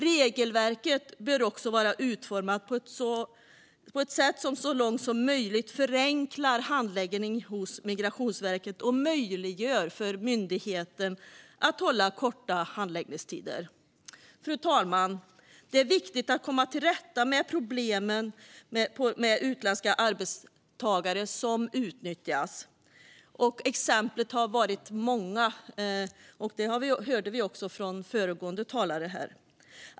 Regelverket bör också vara utformat på ett sätt som så långt som möjligt förenklar handläggningen hos Migrationsverket och möjliggör för myndigheten att hålla korta handläggningstider. Fru talman! Det är viktigt att komma till rätta med problemen med att utländska arbetstagare utnyttjas. Exemplen har varit många, vilket vi också hörde från föregående talare här.